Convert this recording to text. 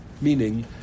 meaning